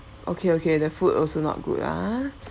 okay okay the food also not good ah